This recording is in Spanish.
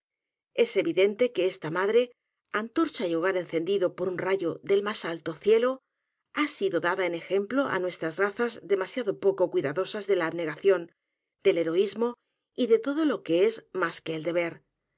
es evidente que esta madre antorcha y hogar encendido por un rayo del más alto cielo h a sido dada en ejemplo á nuestras razas demasiado poco cuidadosas d é l a abnegación del heroísmoy de todo lo que es más que el deber